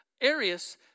Arius